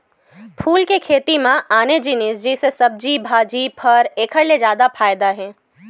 फूल के खेती म आने जिनिस जइसे सब्जी भाजी, फर एखर ले जादा फायदा के हे